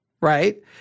right